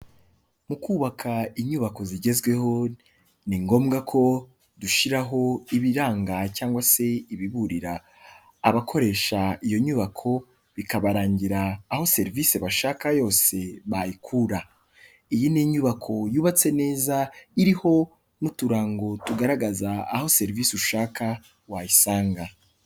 Mu kubaka inyubako zigezweho, ni ngombwa ko dushyiraho ibiranga cyangwa se ibiburira abakoresha iyo nyubako, bikabarangira aho serivisi bashaka yose bayikura. Iyi ni inyubako yubatse neza, iriho n'uturango tugaragaza aho serivisi ushaka wayisanga.